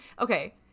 okay